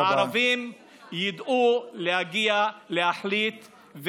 הערבים ידעו להגיע, להחליט.